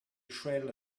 trail